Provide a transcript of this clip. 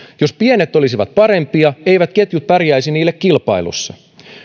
jos pienet olisivat parempia eivät ketjut pärjäisi niille kilpailussa